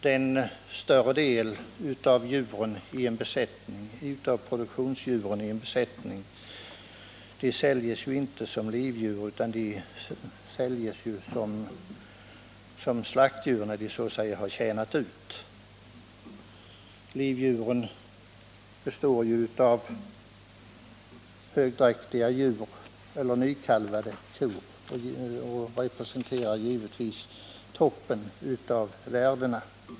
Den större delen av produktionsdjuren i en besättning säljs ju inte som livdjur utan som slaktdjur, när de så att säga har tjänat ut. Livdjuren är högdräktiga eller nykalvade kor och representerar givetvis toppen av värdena.